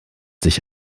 sich